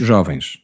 Jovens